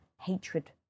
hatred